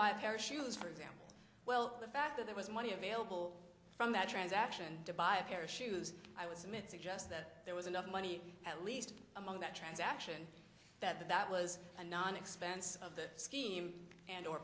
buy a pair of shoes for example well the fact that there was money available from that transaction to buy a pair of shoes i would submit suggest that there was enough money at least among that transaction that that was a non expense of the scheme and or